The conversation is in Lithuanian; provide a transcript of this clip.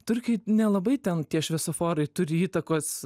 turkijoj nelabai ten tie šviesoforai turi įtakos